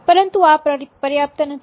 પરંતુ આ પર્યાપ્ત નથી